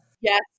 Yes